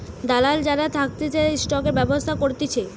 দালাল যারা থাকতিছে স্টকের ব্যবসা করতিছে